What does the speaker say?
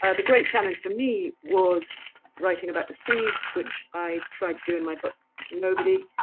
ah the great challenge for me was writing about the sea which i tried to do in my book nobody,